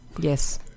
Yes